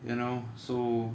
you know so